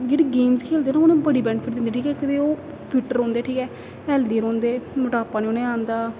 जेह्ड़े गेम्स खेलदे न उनें बड़ी बेनिफिट दिंदे ठीक ऐ इक ते ओह् फिट रौंह्दे ठीक ऐ हैल्दी रौंह्दे मटापा निं उ'नें आंदा